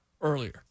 earlier